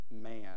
man